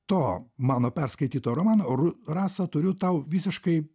to mano perskaityto romano rasa turiu tau visiškai